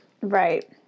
Right